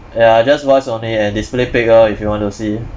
ya just voice only and display pic lor if you want to see